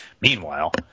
Meanwhile